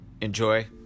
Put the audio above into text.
enjoy